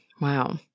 Wow